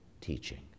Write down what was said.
teaching